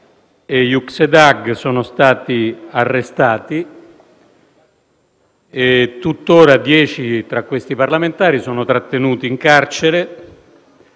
e Yuksedag, sono stati arrestati e tuttora dieci tra questi parlamentari sono trattenuti in carcere.